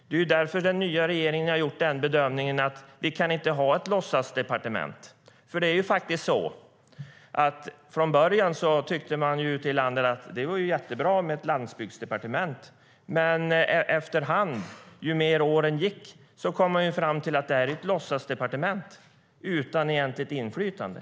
Det är därför den nya regeringen har gjort bedömningen att vi inte kan ha ett låtsasdepartement. Från början tyckte man ute i landet att det var jättebra med ett landsbygdsdepartement, men efter hand och ju längre åren gick kom man fram till att det här var ett låtsasdepartement utan egentligt inflytande.